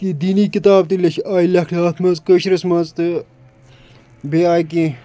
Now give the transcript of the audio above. کیٚنٛہہ دیٖنی کِتاب تہِ آیہِ لیٚکھنہٕ اَتھ منٛز کٲشرس منٛز تہٕ بیٚیہِ آیہِ کیٚنٛہہ